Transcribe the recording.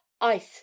ice